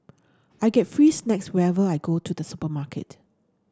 I get free snacks whenever I go to the supermarket